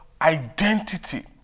identity